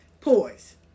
Poise